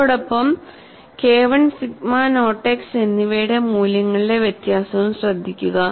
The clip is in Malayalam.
അതോടൊപ്പം കെഐ സിഗ്മ നോട്ട് എക്സ് എന്നിവയുടെ മൂല്യങ്ങളിലെ വ്യത്യാസവും ശ്രദ്ധിക്കുക